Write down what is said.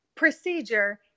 procedure